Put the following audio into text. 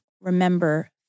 remember